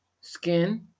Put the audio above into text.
skin